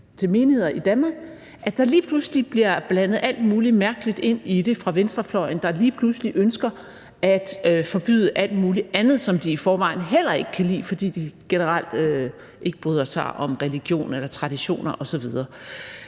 til menigheder i Danmark, at der lige pludselig bliver blandet alt muligt mærkeligt ind i det fra venstrefløjen, der lige pludselig ønsker at forbyde alt muligt andet, som de i forvejen heller ikke kan lide, fordi de generelt ikke bryder sig om religion eller traditioner osv.